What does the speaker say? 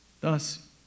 Thus